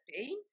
pain